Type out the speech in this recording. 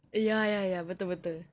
ya ya ya betul betul